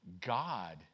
God